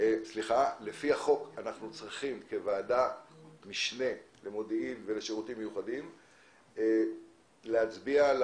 לפי החוק ועדת המשנה למודיעין ולשירותים מיוחדים צריכה להצביע על